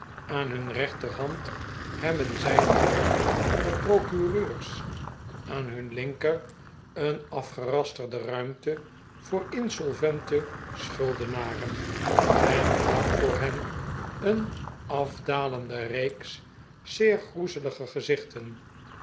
aan hun rechterhand hebben zij een bank met procureurs aan hun linker een afgerasterde ruimte voor insolvente schuldenaren en vlak voor hen een afdalende reeks zeer groezelige gezichten